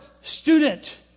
student